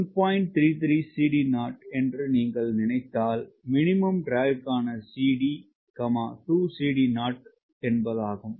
33𝐶D0 என்று நீங்கள் நினைத்தால் மினிமம் ட்ராக்க்கான CD 2𝐶D0 ஆகும்